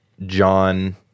John